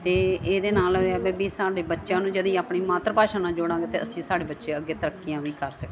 ਅਤੇ ਇਹਦੇ ਨਾਲ ਇਹ ਹੈ ਵੀ ਸਾਡੇ ਬੱਚਿਆਂ ਨੂੰ ਜਦੀ ਆਪਣੀ ਮਾਤਰ ਭਾਸ਼ਾ ਨਾਲ ਜੋੜਾਂਗੇ ਅਤੇ ਅਸੀਂ ਸਾਡੇ ਬੱਚੇ ਅੱਗੇ ਤਰੱਕੀਆਂ ਵੀ ਕਰ ਸਕਦੇ